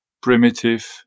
primitive